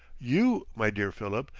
you, my dear philip,